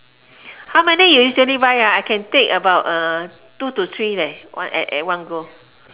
how many you usually buy I can take about two to three one at at one go